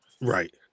right